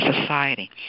society